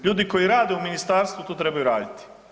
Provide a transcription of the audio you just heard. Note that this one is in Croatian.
Ljudi koji rade u ministarstvu to trebaju raditi.